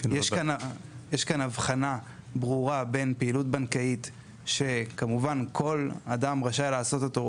יש כאן הבחנה ברורה בין פעילות בנקאית שכמובן כל אדם רשאי לעשות אותה,